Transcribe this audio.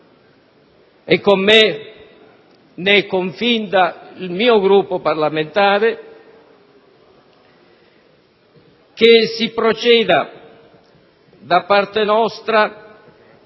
e con me ne è convinto il mio Gruppo parlamentare - che si proceda da parte nostra